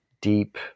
deep